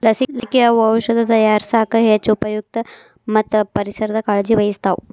ಲಸಿಕೆ, ಔಔಷದ ತಯಾರಸಾಕ ಹೆಚ್ಚ ಉಪಯುಕ್ತ ಮತ್ತ ಪರಿಸರದ ಕಾಳಜಿ ವಹಿಸ್ತಾವ